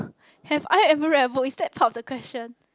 have I ever read a book is that part of the question